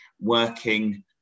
working